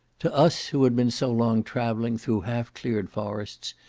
to us who had been so long travelling through half-cleared forests,